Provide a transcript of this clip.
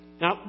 Now